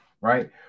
right